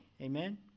Amen